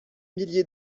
milliers